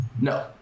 no